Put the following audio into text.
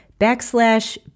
backslash